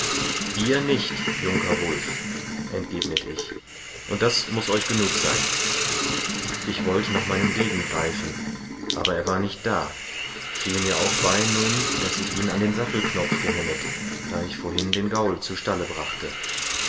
ihr nicht junker wulf entgegnet ich und das muß euch genug sein ich wollt nach meinem degen greifen aber er war nicht da fiel mir auch bei nun daß ich ihn an den sattelknopf gehänget da ich vorhin den gaul zu stalle brachte